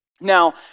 Now